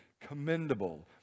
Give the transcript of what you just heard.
commendable